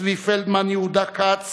צבי פלדמן, יהודה כץ